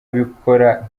abikora